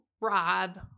Rob